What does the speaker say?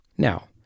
Now